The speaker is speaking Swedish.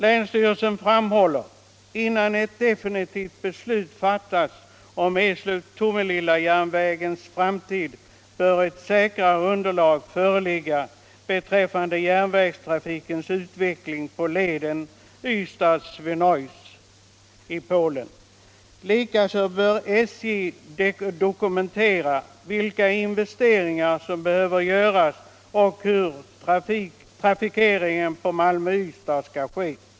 Länsstyrelsen framhåller att innan ett definitivt beslut fattas om Eslöv-Tomelillajärnvägens framtid bör ett säkrare underlag föreligga beträffande järnvägsfärjetrafikens utveckling på leden Ystad-Swinoujscie i Polen. Likaså bör SJ dokumentera vilka investeringar som behöver göras och hur trafikeringen på Malmö-Ystad skall ske.